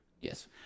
Yes